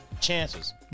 chances